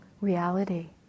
reality